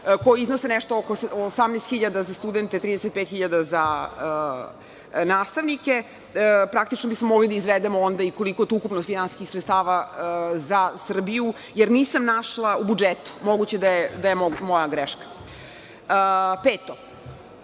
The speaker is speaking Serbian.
koji iznose nešto oko 18.000 za studente i 35.000 za nastavnike. Praktično bismo mogli da izvedemo onda i koliko je to ukupno finansijskih sredstava za Srbiju jer nisam našla u budžetu, moguće je da je moja greška. Peto,